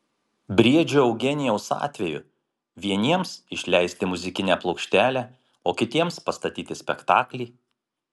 briedžio eugenijaus atveju vieniems išleisti muzikinę plokštelę o kitiems pastatyti spektaklį